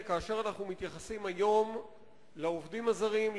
כאשר אנחנו מתייחסים היום לעובדים הזרים,